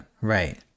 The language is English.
right